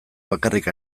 bakarrik